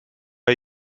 are